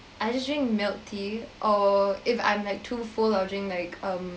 I just drink milk tea or if I'm like too full I'll drink like um